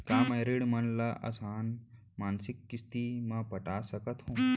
का मैं ऋण मन ल आसान मासिक किस्ती म पटा सकत हो?